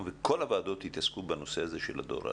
וכל הוועדות יתעסקו בנושא הדור האבוד,